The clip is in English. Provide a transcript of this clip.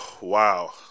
Wow